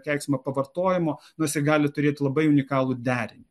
keiksmo pavartojimo nu jisai gali turėti labai unikalų derinį